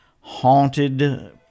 haunted